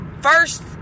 first